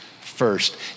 first